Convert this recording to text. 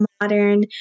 modern